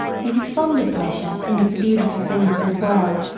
he was fond of pleasure and of the beautiful things of this world,